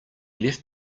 left